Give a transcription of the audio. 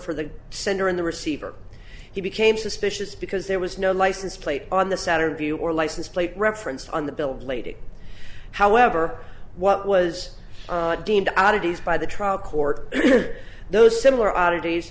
for the sender in the receiver he became suspicious because there was no license plate on the saturn vue or license plate referenced on the bill of lading however what was deemed oddities by the trial court those similar oddities